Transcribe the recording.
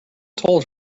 told